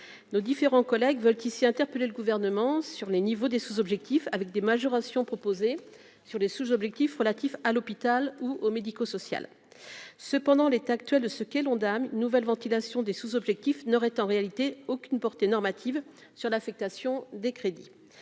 nos différents collègues veulent ici interpellé le gouvernement sur les niveaux des sous-objectifs avec des majorations proposée sur les sous- objectif relatif à l'hôpital ou au médico-social cependant l'état actuel de ce qu'est l'Ondam nouvelle ventilation des sous-objectifs n'aurait en réalité aucune portée normative sur l'affectation des crédits,